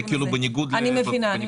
זה בניגוד --- אני מבינה.